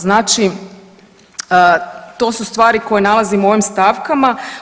Znači to su stvari koje nalazimo u ovim stavkama.